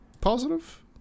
positive